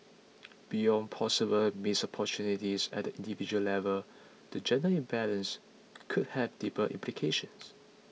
beyond possible missed opportunities at the individual level the gender imbalance could have deeper implications